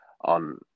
on